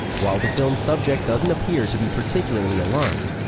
while the film's subject doesn't appear to be particularly alarmed,